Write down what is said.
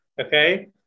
okay